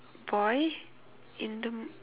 boy in the m~